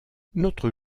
notre